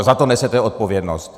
Za to nesete odpovědnost.